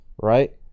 right